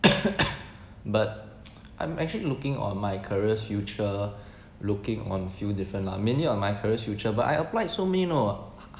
but I'm actually looking on MyCareersFuture looking on few different lah many of MyCareersFuture but I applied so many know